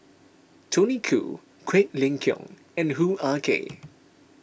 Tony Khoo Quek Ling Kiong and Hoo Ah Kay